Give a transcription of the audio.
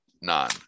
none